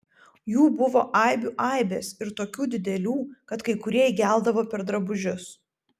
jų buvo aibių aibės ir tokių didelių kad kai kurie įgeldavo per drabužius